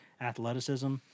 athleticism